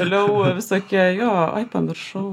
vėliau visokie jo aj pamiršau